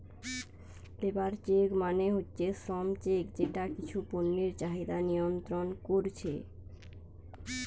labour check মানে হচ্ছে শ্রম চেক যেটা কিছু পণ্যের চাহিদা নিয়ন্ত্রণ কোরছে